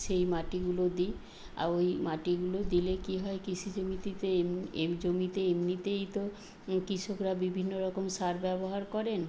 সেই মাটিগুলো দিই আর ওই মাটিগুলো দিলে কী হয় কৃষিজমিতে তো এই জমিতে এমনিতেই তো কৃষকরা বিভিন্ন রকম সার ব্যবহার করেন